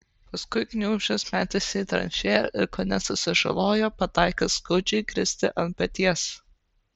paskui kniūbsčias metėsi į tranšėją ir kone susižalojo pataikęs skaudžiai kristi ant peties